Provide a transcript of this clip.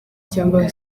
cyangwa